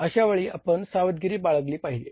अशावेळी आपण सावधगिरी बाळगली पाहिजे